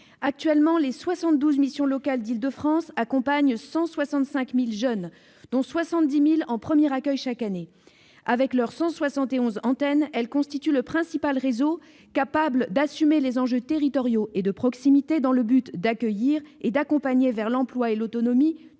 Actuellement, les 72 missions locales d'Île-de-France accompagnent 165 000 jeunes, dont 70 000 en premier accueil chaque année. Avec leurs 171 antennes, elles constituent le principal réseau capable d'assumer les enjeux territoriaux et de proximité dans le but d'accueillir et d'accompagner vers l'emploi et l'autonomie